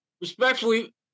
Respectfully